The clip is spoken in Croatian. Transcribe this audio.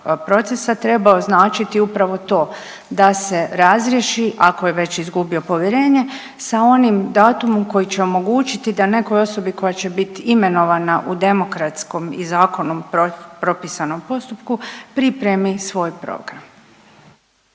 procesa, trebao značiti upravo to, da se razriješi, ako je već izgubio povjerenje sa onim datumom koji će omogućiti da nekoj osobi koja će biti imenovana u demokratskom i zakonom propisanom postupku pripremi svoj program.